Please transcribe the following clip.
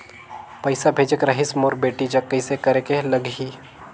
पइसा भेजेक रहिस मोर बेटी जग कइसे करेके लगही?